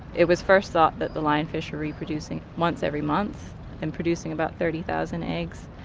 it was first thought that the lionfish were reproducing once every month and producing about thirty thousand eggs,